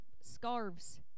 scarves